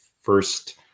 first